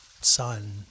son